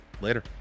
Later